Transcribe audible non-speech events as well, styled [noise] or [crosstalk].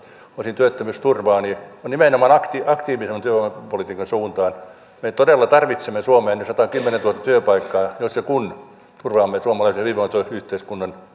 osin työttömyysturvaa viedään nimenomaan aktiivisemman työvoimapolitiikan suuntaan me todella tarvitsemme suomeen ne satakymmentätuhatta työpaikkaa jos ja kun turvaamme suomalaisen hyvinvointiyhteiskunnan [unintelligible]